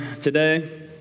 today